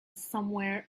somewhere